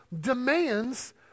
demands